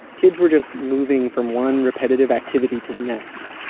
kids were just moving from one repetitive activity to the next.